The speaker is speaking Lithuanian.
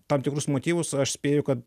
tam tikrus motyvus aš spėju kad